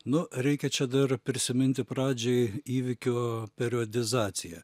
nu reikia čia dar prisiminti pradžiai įvykio periodizaciją